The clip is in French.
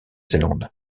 zélande